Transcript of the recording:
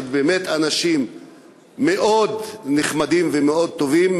שמהניסיון שלי הם באמת אנשים מאוד נחמדים ומאוד טובים,